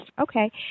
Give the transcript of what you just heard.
Okay